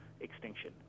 extinction